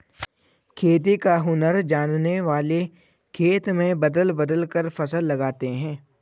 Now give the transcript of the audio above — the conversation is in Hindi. खेती का हुनर जानने वाले खेत में बदल बदल कर फसल लगाते हैं